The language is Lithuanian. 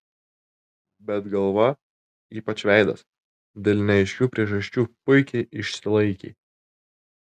bet galva ypač veidas dėl neaiškių priežasčių puikiai išsilaikė